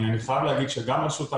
אני חייב להגיד, שגם ראשות ההגירה,